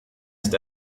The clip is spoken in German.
ist